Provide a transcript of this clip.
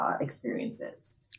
experiences